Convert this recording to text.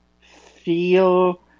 feel